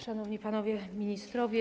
Szanowni Panowie Ministrowie!